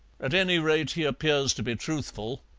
at any rate he appears to be truthful,